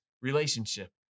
relationship